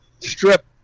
strip